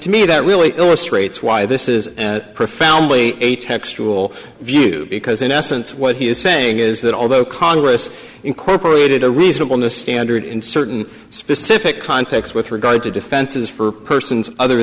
to me that really illustrates why this is profoundly a textual view because in essence what he is saying is that although congress incorporated a reasonable the standard in certain specific context with regard to defenses for persons other